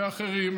ואחרים,